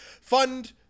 fund